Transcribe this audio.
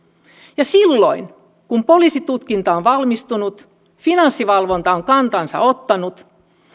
silloin kun poliisitutkinta on valmistunut finanssivalvonta on kantansa ottanut